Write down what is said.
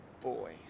boy